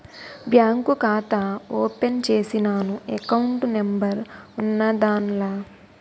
bank ఖాతా open చేసినాను account number ఉన్నాద్దాన్ల